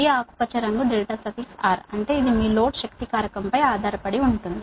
ఈ ఆకుపచ్చ రంగు R అంటే ఇది మీ లోడ్ పవర్ ఫాక్టర్ పై ఆధారపడి ఉంటుంది